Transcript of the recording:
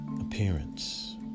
appearance